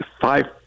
five